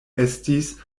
estis